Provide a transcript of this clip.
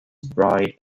bride